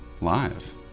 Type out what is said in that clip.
live